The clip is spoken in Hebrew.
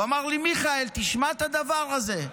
הוא אמר לי: מיכאל, תשמע את הדבר הזה: